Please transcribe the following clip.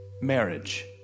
Marriage